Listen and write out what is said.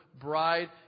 bride